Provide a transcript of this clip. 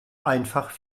einfach